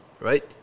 right